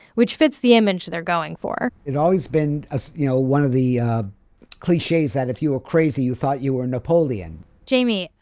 which fits the image they're going for it had always been, ah you know, one of the cliches that if you were crazy, you thought you were napoleon jamie,